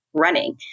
running